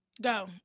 Go